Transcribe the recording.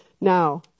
Now